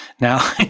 Now